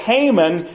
Haman